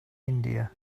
india